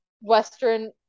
Western